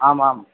आम् आम्